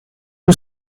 you